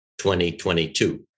2022